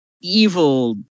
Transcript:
evil